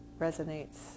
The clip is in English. resonates